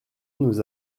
nous